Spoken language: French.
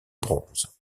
bronze